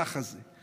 ככה זה.